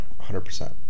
100%